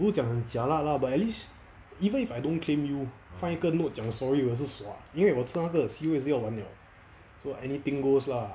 不是讲很 jialat lah but at least even if I don't claim you 放一个 note 讲 sorry 我也是爽因为我知道那个 C_O 也是要完 liao so anything goes lah